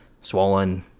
swollen